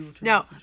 No